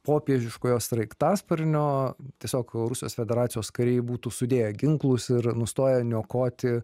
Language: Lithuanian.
popiežiškojo sraigtasparnio tiesiog rusijos federacijos kariai būtų sudėję ginklus ir nustoję niokoti